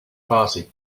party